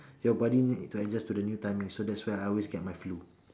your body needs to adjust to the new timing so that's where I always get my flu